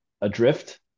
adrift